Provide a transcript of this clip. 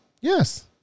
Yes